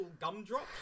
gumdrops